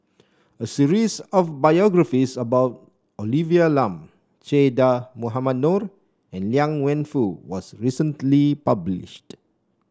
a series of biographies about Olivia Lum Che Dah Mohamed Noor and Liang Wenfu was recently published